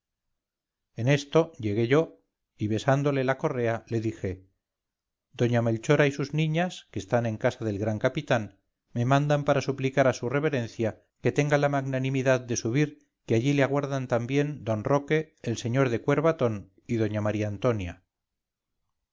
en esto llegué yo y besándole la correa le dije doña melchora y sus niñas que están en casa del gran capitán me mandan para suplicar a su reverencia que tenga la magnanimidad de subir que allí le aguardan también don roque el sr de cuervatón y doña maría antonia